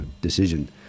decision